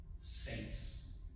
Saints